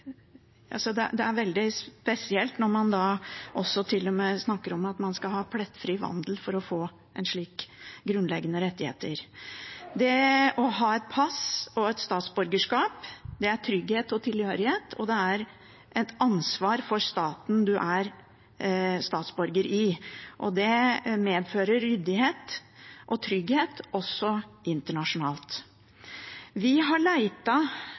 veldig spesielt når man da til og med snakker om at man skal ha plettfri vandel for å få slike grunnleggende rettigheter. Det å ha et pass og et statsborgerskap er trygghet og tilhørighet, det er et ansvar for staten du er statsborger i, og det medfører ryddighet og trygghet også internasjonalt. Vi har